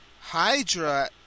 Hydra